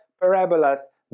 parabolas